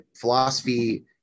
philosophy